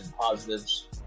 positives